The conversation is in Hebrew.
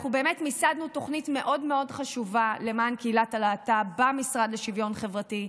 מיסדנו תוכנית מאוד מאוד חשובה למען קהילת הלהט"ב במשרד לשוויון חברתי.